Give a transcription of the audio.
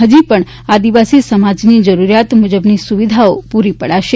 હજી પણ આદિવાસી સમાજની જરૂરિયાતો મુજબની સુવિધાઓ પૂરી પડાશે